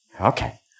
Okay